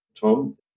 tom